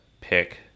pick